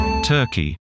Turkey